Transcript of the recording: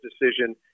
decision